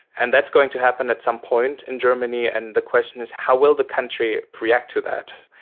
and that's going to happen at some point in germany and the question is how will the country react to that?